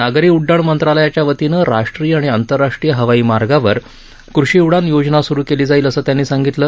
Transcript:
नागरी उड्डाण मंत्रालयाच्या वतीनं राष्ट्रीय आणि आंतरराष्ट्रीय हवाई मार्गांवर कृषी उडान योजना सुरू केली जाईल असं त्यांनी सांगितलं